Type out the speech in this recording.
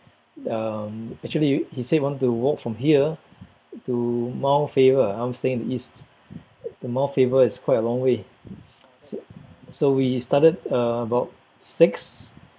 um actually he said he want to walk from here to mount faber I'm staying in the east and mount faber is quite a long way s~ so we started uh about six